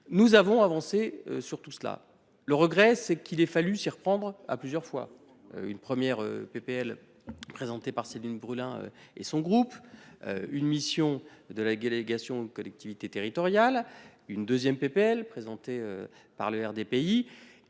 nous avons avancé sur tout cela. Le regret, c'est qu'il ait fallu s'y reprendre à plusieurs fois. Une première PPL présenté par Céline Brulin, et son groupe. Une mission de la délégation aux collectivités territoriales, une 2ème PPL présenté par le RDPI